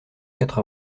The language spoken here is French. quatre